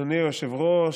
אדוני היושב-ראש,